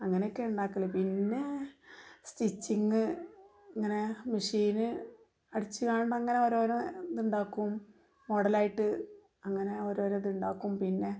അങ്ങനെ ഒക്കെ ഉണ്ടാക്കൽ പിന്നെ സ്റ്റിച്ചിംഗ് ഇങ്ങനെ മിഷീന് അടിച്ച് കൊണ്ട് അങ്ങനെ ഓരോരോ ഇത് ഉണ്ടാക്കും മോഡലായിട്ട് അങ്ങനെ ഓരോരോ ഇതുണ്ടാക്കും പിന്നെ